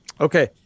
Okay